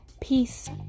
peace